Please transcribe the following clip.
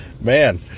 man